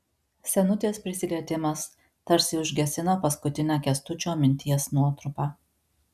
senutės prisilietimas tarsi užgesino paskutinę kęstučio minties nuotrupą